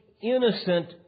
innocent